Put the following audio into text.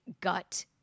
gut